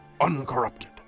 uncorrupted